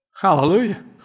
Hallelujah